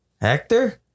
Hector